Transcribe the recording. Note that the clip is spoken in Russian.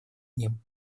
ним